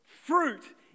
fruit